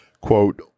Quote